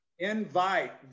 invite